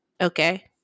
okay